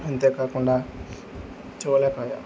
అంతేకాకుండా చోళకాయ